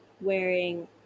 wearing